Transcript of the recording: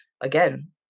again